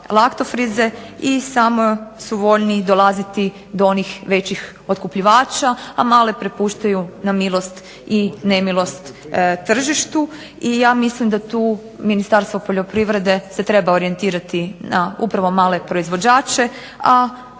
laktofrize i samo su voljni i dolaziti do onih veći otkupljivača, a male prepuštaju na milost i nemilost tržištu. I ja mislim da tu Ministarstvo poljoprivrede se treba orijentirati na upravo male proizvođače, a